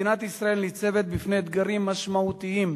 מדינת ישראל ניצבת בפני אתגרים משמעותיים,